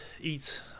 eats